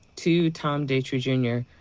to tom datre jr,